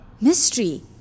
mystery